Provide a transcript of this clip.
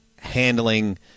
handling